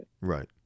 right